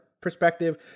perspective